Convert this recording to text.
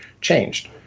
changed